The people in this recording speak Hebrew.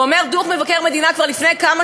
ואומר דוח מבקר המדינה כבר לפני כמה